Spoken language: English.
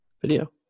video